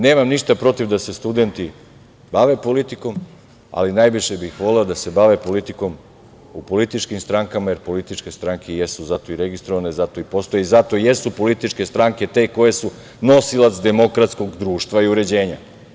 Nemam ništa protiv da se studenti bave politikom, ali najviše bih voleo da se bave politikom u političkim strankama, jer političke stranke jesu zato i registrovane, zato i postoje, i zato i jesu političke stranke te koje su nosilac demokratskog društva i uređenja.